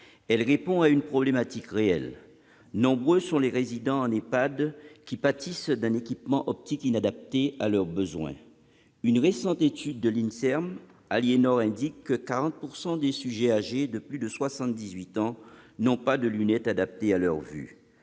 Elle répond à une problématique réelle. Nombreux sont les résidents en EHPAD qui pâtissent d'un équipement optique inadapté à leurs besoins. Une récente étude de l'lNSERM Alienor indique que 40 % des sujets âgés de plus de soixante-dix-huit ans n'ont pas de lunettes adaptées à leur vue.